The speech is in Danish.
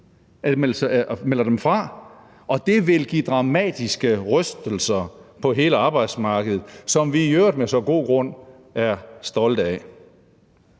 a-kasserne fra, og det vil give dramatiske rystelser på hele arbejdsmarkedet, som vi i øvrigt med god grund er stolte af.